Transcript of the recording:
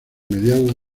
mediados